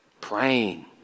praying